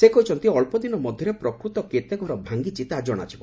ସେ କହିଛନ୍ତି ଅଳ୍ପ ଦିନ ମଧ୍ୟରେ ପ୍ରକୃତ କେତେ ଘର ଭାଙ୍ଗିଛି ତାହା ଜଣାଯିବ